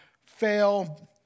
fail